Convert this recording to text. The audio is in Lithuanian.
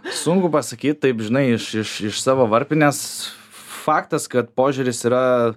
sunku pasakyt taip žinai iš iš iš savo varpinės faktas kad požiūris yra